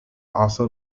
also